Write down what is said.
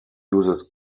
uses